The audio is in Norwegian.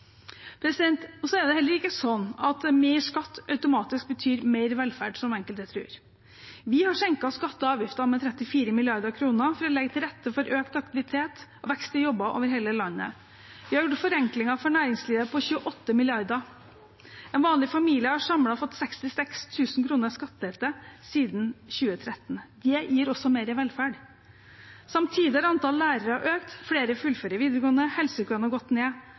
Det er heller ikke sånn at mer skatt automatisk betyr mer velferd, som enkelte tror. Vi har senket skatter og avgifter med 34 mrd. kr for å legge til rette for økt aktivitet og vekst i jobber over hele landet. Vi har gjort forenklinger for næringslivet på 28 mrd. kr. En vanlig familie har samlet fått 66 000 kr i skattelette siden 2013. Det gir også mer velferd. Samtidig har antallet lærere økt, flere fullfører videregående, helsekøene har gått ned,